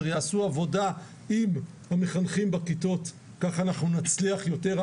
ויעשו עבודה עם המחנכים בכיתות כך נצליח יותר.